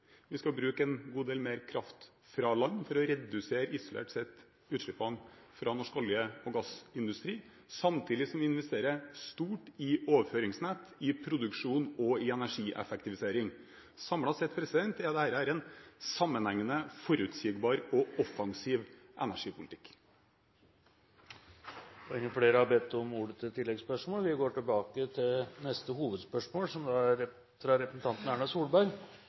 vi skal bruke en god del mer kraft fra land for å redusere, isolert sett, utslippene fra norsk olje- og gassindustri, samtidig som vi investerer stort i overføringsnett, i produksjon og i energieffektivisering. Samlet sett er dette en sammenhengende, forutsigbar og offensiv energipolitikk. Vi går til neste hovedspørsmål. Jeg tillater meg å stille spørsmål til